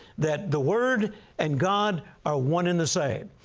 that the word and god are one and the same.